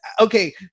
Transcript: okay